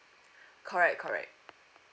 correct correct